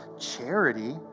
charity